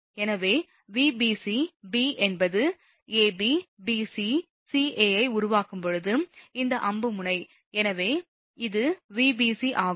எனவே Vbc b என்பது ab bc ca ஐ உருவாக்கும் போது இந்த அம்பு முனை எனவே இது Vbc ஆகும்